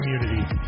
community